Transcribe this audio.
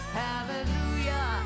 hallelujah